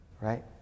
Right